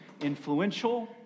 influential